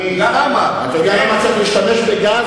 למה צריך גז?